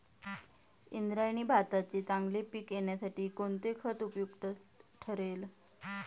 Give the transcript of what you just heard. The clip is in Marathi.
इंद्रायणी भाताचे चांगले पीक येण्यासाठी कोणते खत उपयुक्त ठरेल?